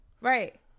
Right